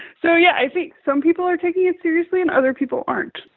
so, yeah, i think some people are taking it seriously and other people aren't.